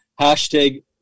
hashtag